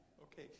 Okay